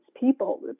people